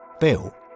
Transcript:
Bill